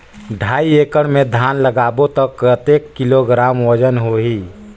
ढाई एकड़ मे धान लगाबो त कतेक किलोग्राम वजन होही?